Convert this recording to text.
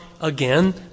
again